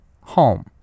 Home